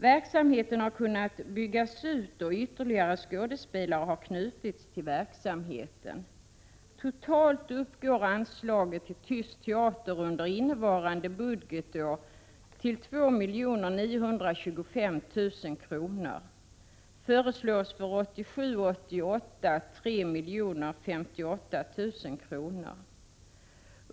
Verksamheten har kunnat byggas ut, och ytterligare skådespelare har knutits till verksamheten. Totalt uppgår anslaget till Tyst teater under innevarande budgetår till 2 925 000 kr. För 1987/88 föreslås 3 058 000 kr.